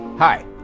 Hi